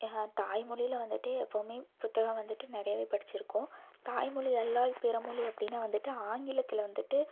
எங்கள் தாய்மொழியில் வந்துட்டு எப்போவுமே புத்தகம் வந்துட்டு நிறையவே படித்துருக்கோம் தாய்மொழி அல்லால் பிறமொழி அப்படின்னா வந்துட்டு ஆங்கிலத்தில் வந்துட்டு